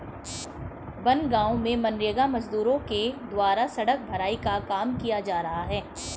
बनगाँव में मनरेगा मजदूरों के द्वारा सड़क भराई का काम किया जा रहा है